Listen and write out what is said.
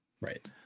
Right